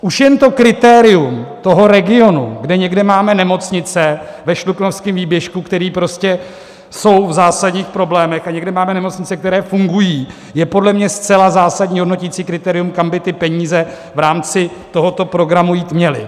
Už jen to kritérium regionu, kde někde máme nemocnice, ve Šluknovském výběžku, kde jsou v zásadních problémech, a někde máme nemocnice, které fungují, je podle mě zcela zásadní hodnoticí kritérium, kam by ty peníze v rámci tohoto programu jít měly.